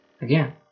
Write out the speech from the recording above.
again